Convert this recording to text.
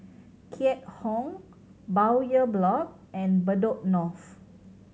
Keat Hong Bowyer Block and Bedok North